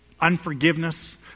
Unforgiveness